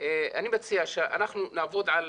אני מציע שאנחנו נעבוד על